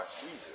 Jesus